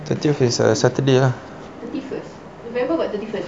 thirtieth is a saturday ah